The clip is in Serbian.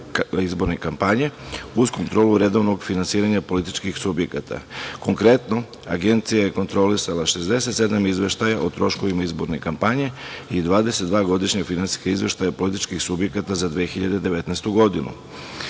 izborne kampanje, uz kontrolu redovnog finansiranja političkih subjekata. Konkretno, Agencija je kontrolisala 67 izveštaja o troškovima izborne kampanje i 22 godišnja finansijska izveštaja političkih subjekata za 2019. godinu.